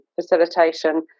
facilitation